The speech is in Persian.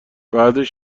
بعدش